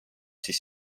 siis